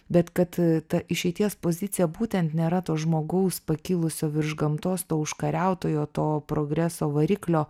bet kad ta išeities pozicija būtent nėra to žmogaus pakilusio virš gamtos to užkariautojo to progreso variklio